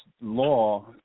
law